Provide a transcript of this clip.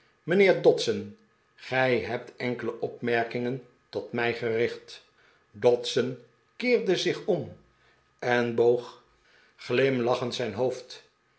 mijnheer dodson gij hebt enkele opmerkingen tot mij gericht dodson keerde zich om en boog glimonbeschaamd e